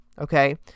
Okay